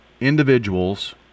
individuals